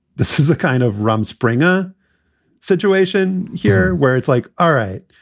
this is a kind of rum springer situation here where it's like, all right.